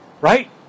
Right